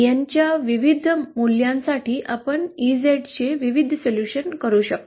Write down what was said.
N च्या विविध मूल्यांसाठी आपण ईझेड चे विविध सोल्युशन करू शकतो